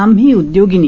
आम्ही उदयोगीनी